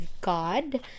God